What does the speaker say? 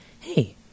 Hey